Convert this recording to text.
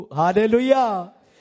hallelujah